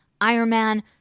Ironman